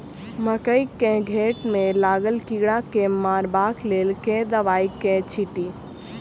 मकई केँ घेँट मे लागल कीड़ा केँ मारबाक लेल केँ दवाई केँ छीटि?